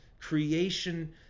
creation